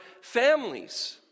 families